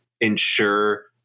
ensure